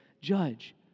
judge